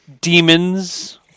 demons